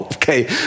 Okay